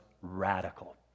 radical